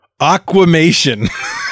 aquamation